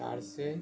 चारशे